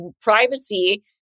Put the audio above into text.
privacy